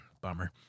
Bummer